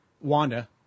Wanda